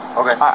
okay